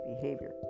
behavior